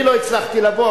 אני לא הצלחתי לבוא,